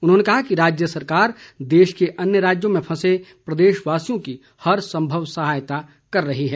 उन्होंने कहा कि राज्य सरकार देश के अन्य राज्यों में फंसे प्रदेशवासियों की हर संभव सहायता कर रही है